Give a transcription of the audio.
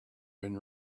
been